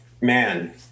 man